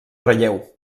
relleu